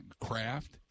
Craft